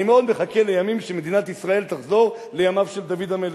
אני מאוד מחכה לימים שמדינת ישראל תחזור לימיו של דוד המלך,